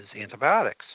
antibiotics